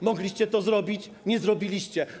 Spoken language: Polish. Mogliście to zrobić, nie zrobiliście.